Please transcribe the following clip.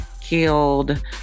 killed